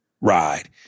ride